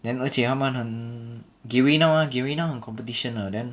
then 而且他们很 Garena Garena 很 competition 的 then